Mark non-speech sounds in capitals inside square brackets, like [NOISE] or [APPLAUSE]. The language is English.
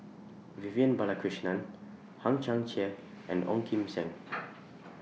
Vivian Balakrishnan Hang Chang Chieh [NOISE] and Ong Kim Seng [NOISE]